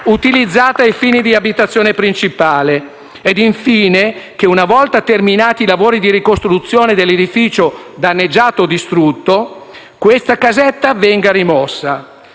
utilizzata a fini di abitazione principale. *(Applausi dal Gruppo LN-Aut)*. Infine, che una volta terminati i lavori di ricostruzione dell'edificio danneggiato o distrutto, questa casetta venga rimossa.